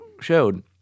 showed